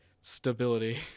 stability